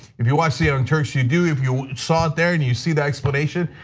if you watch the young turks, you do. if you saw it there and you see that explanation,